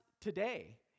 today